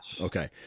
okay